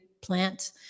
plant